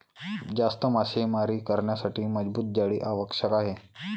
जास्त मासेमारी करण्यासाठी मजबूत जाळी आवश्यक आहे